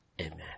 Amen